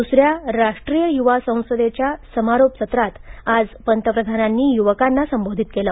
दुसऱ्या राष्ट्रीय युवा संसदेच्या समारोप सत्रात आज पंतप्रधानांनी युवकांना संबोधित केलं